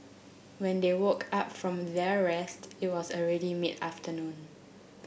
when they woke up from their rest it was already mid afternoon